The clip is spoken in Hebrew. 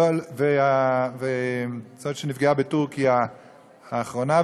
וזאת שנפגעה בטורקיה לאחרונה,